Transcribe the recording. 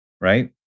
right